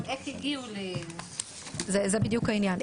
אבל איך הגיעו ל --- זה בדיוק העניין,